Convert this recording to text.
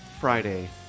Friday